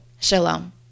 Shalom